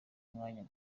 umwanya